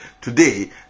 today